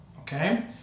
Okay